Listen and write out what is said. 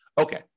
Okay